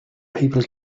people